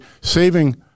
saving